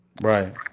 Right